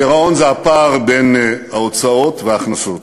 הגירעון זה הפער בין ההוצאות וההכנסות,